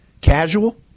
casual